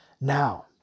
Now